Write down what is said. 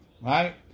right